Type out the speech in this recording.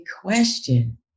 question